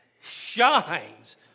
shines